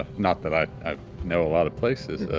not that i i know a lot of places.